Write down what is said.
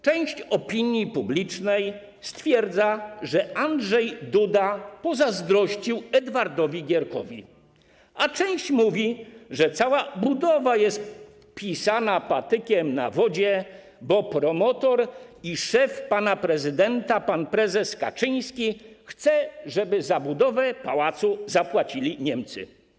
Część opinii publicznej stwierdza, że Andrzej Duda pozazdrościł Edwardowi Gierkowi, a część mówi, że cała ta budowa jest pisana patykiem po wodzie, bo promotor i szef pana prezydenta - pan prezes Kaczyński chce, żeby za budowę pałacu zapłacili Niemcy.